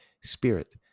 spirit